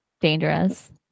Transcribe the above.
dangerous